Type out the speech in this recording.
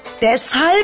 deshalb